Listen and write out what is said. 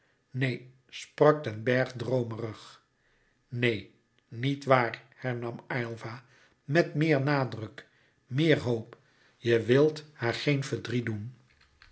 neen sprak den bergh droomerig neen niet waar hernam aylva met meer nadruk meer hoop je wil haar geen verdriet doen